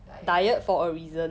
diet